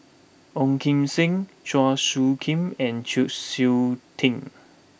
Ong Kim Seng Chua Soo Khim and Chng Seok Tin